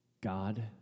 God